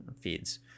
feeds